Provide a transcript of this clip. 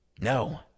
No